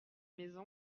maison